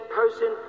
person